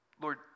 Lord